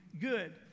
good